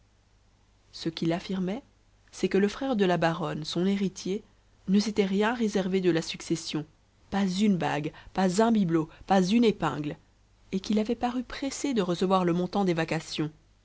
ce qu'il affirmait c'est que le frère de la baronne son héritier ne s'était rien réservé de la succession pas une bague pas un bibelot pas une épingle et qu'il avait paru pressé de recevoir le montant des vacations